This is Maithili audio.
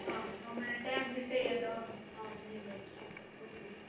हँ हमरा टाइम भेटैए तऽ हम हँ मिलैत छी रुकू